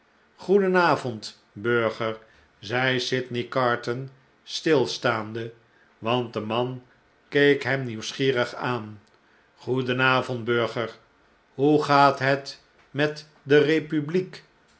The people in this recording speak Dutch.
goedenavond burger zei sydney carton stilstaande want de man keek hem nieuwsgierig aan goedenavond burger hoe gaat het met de kepubliek